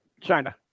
China